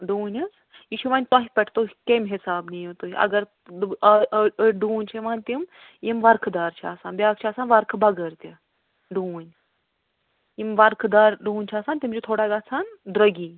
ڈوٗنۍ حظ یہِ چھُ وۄنۍ تۄہہِ پٮ۪ٹھ تُہۍ کمہِ حِسابہٕ نِیِو تُہۍ اگر أڈۍ ڈوٗنۍ چھِ یِوان تِم یِم ورقہٕ دار چھِ آسان بیٛاکھ چھُ آسان ورقہٕ بغٲر تہِ ڈوٗنۍ یِم ورقہِ دار ڈوٗنۍ چھِ آسان تِم چھِ تھوڑا گژھان درٛوٚگی